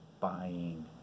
buying